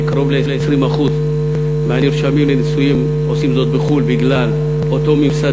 שקרוב ל-20% מהנרשמים לנישואים עושים זאת בחו"ל בגלל אותו ממסד